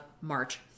March